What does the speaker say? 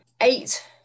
eight